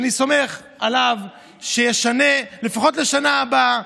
שאני סומך עליו שישנה לפחות לשנה הבאה